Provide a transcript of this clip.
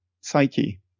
psyche